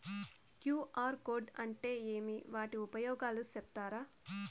QR code అంటే ఏమి వాటి ఉపయోగాలు సెప్తారా?